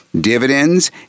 dividends